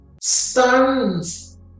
stands